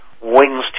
wings